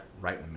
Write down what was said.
right